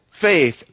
faith